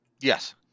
Yes